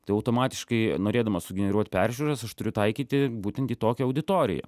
tai automatiškai norėdamas sugeneruot peržiūras aš turiu taikyti būtent į tokią auditoriją